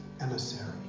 emissary